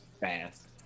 fast